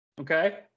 okay